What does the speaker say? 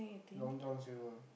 Long-John-Silvers